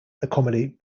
accommodate